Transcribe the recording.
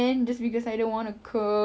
actually understanding though